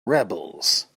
rebels